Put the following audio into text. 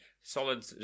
solid